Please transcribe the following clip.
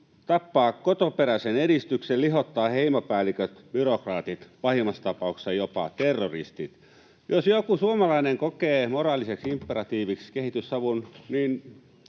tappaa kotoperäisen edistyksen, lihottaa heimopäälliköt, byrokraatit, pahimmassa tapauksessa jopa terroristit. Jos joku suomalainen kokee moraaliseksi imperatiiviksi kehitysavun, niin